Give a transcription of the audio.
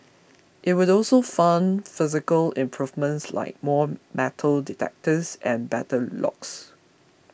it would also fund physical improvements like more metal detectors and better locks